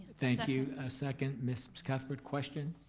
thank you, a second miss cuthbert. question?